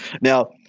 Now